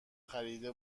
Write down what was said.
خریده